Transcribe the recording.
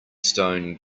stone